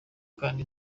kandi